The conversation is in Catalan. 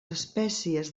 espècies